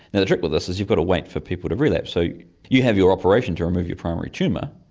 and the trick with this is you've got to wait for people to relapse, so you have your operation to remove your primary tumour,